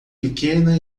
pequena